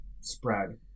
spread